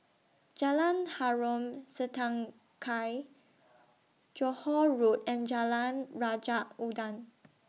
Jalan Harom Setangkai Johore Road and Jalan Raja Udang